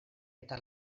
eta